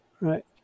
right